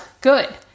good